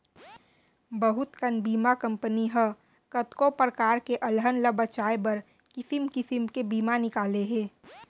बहुत कन बीमा कंपनी ह कतको परकार के अलहन ल बचाए बर किसिम किसिम के बीमा निकाले हे